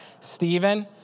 Stephen